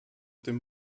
dem